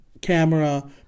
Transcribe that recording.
camera